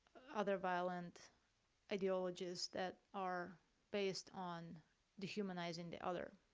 other violent ideologies that are based on dehumanizing the other.